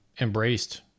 embraced